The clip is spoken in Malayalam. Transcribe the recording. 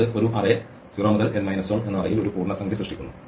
അത് ഒരു അറേ 0 മുതൽ l 1 എന്ന അറേയിൽ ഒരു പൂർണ്ണസംഖ്യ സൃഷ്ടിക്കുന്നു